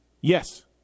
Yes